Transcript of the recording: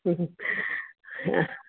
ह् हा